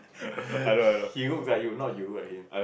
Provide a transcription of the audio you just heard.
he looks like you not you look like him